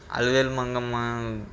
Alivelu Manga